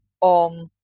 on